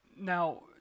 Now